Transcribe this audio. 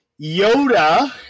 Yoda